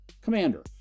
Commander